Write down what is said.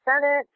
Senate